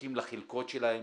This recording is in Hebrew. שמחכים לחלקות שלהם